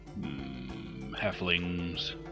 Halflings